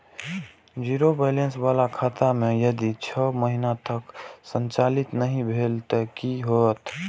Zero balance बाला खाता में यदि छः महीना तक संचालित नहीं भेल ते कि होयत?